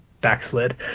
backslid